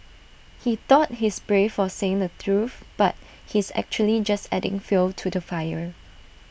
he thought he's brave for saying the truth but he's actually just adding fuel to the fire